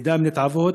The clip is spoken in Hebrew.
ידיים נתעבות,